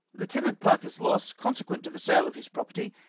lieutenant parker's loss, consequent to the sale of his property,